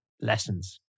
lessons